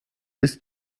ist